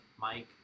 mike